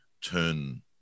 turn